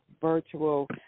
virtual